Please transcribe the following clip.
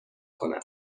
کنم